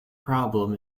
problem